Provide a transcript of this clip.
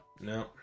No